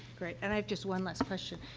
great, and i have just one last question,